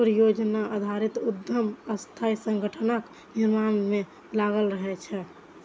परियोजना आधारित उद्यम अस्थायी संगठनक निर्माण मे लागल रहै छै